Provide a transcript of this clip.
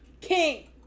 king